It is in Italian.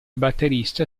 batterista